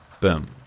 boom